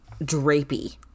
drapey